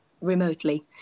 remotely